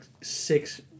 six